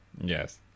Yes